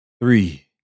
Three